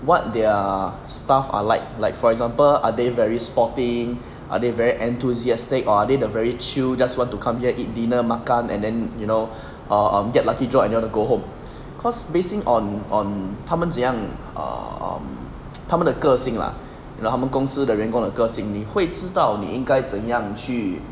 what their staff are like like for example are they very sporting are they very enthusiastic or are they the very chill just want to come here eat dinner makan and then you know err um get lucky draw and they wanna go home cause basing on on 他们怎样 um 他们的个性 lah like 他们公司的员工的个性你会知道你应该怎样去